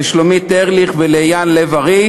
לשלומית ארליך ולאייל לב-ארי,